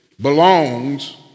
belongs